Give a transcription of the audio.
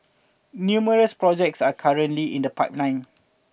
numerous projects are currently in the pipeline